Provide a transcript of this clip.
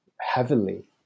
heavily